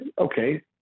okay